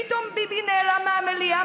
פתאום ביבי נעלם מהמליאה,